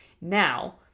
Now